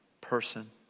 person